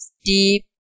steep